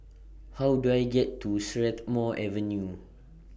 How Do I get to Strathmore Avenue